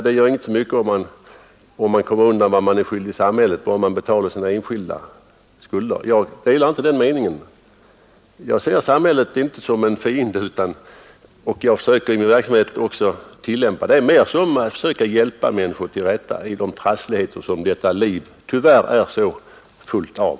Det gör inte så mycket om man kommer undan vad man är skyldig samhället, bara man betalar sina enskilda skulder. Jag delar inte den meningen. Jag ser inte samhället såsom en fiende, och i min verksamhet söker jag hjälpa människor till rätta i de trassligheter som detta liv tyvärr är så fullt av.